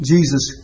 Jesus